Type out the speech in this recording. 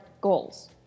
goals